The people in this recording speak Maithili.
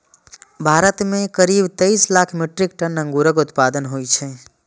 भारत मे करीब तेइस लाख मीट्रिक टन अंगूरक उत्पादन होइ छै